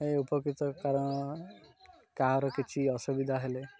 ଏ ଉପକୃତ କାରଣ କାହାର କିଛି ଅସୁବିଧା ହେଲେ